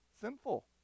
sinful